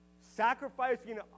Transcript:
sacrificing